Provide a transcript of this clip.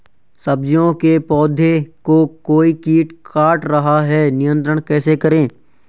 सब्जियों के पौधें को कोई कीट काट रहा है नियंत्रण कैसे करें?